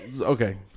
Okay